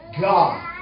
God